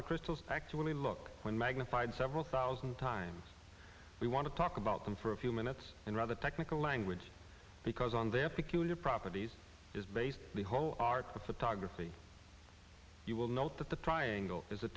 the crystals actually look when magnified several thousand times we want to talk about them for a few minutes in rather technical language because on their peculiar properties is based the whole art photography you will note that the triangle is a